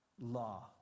law